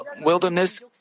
wilderness